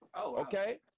okay